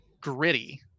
gritty